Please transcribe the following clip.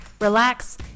relax